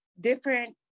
different